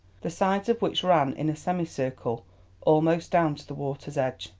the sides of which ran in a semicircle almost down to the water's edge,